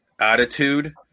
attitude